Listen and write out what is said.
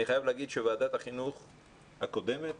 אני חייב לומר שוועדת החינוך בכנסת הקודמת